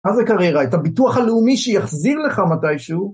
מה זה קריירה? את הביטוח הלאומי שיחזיר לך מתישהו.